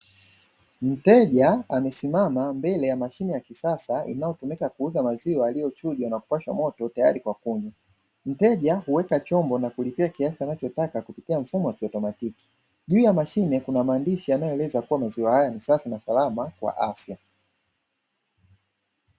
Mteja amesimama mbele ya mashine ya kisasa inayotumika kuuza maziwa yalilyo chujwa na kupashwa moto tayari kwa kunywa, mteja huweka chombo na kulipia kiasi anachotaka kupitia mfumo wa kiautomatiki, juu ya mashine kuna maandishi yanayoelezea kuwa maziwa haya ni safi na salama kwa afya.